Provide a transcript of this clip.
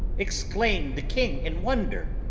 exclaimed the king in wonder.